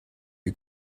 you